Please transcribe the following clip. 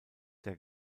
der